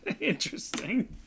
Interesting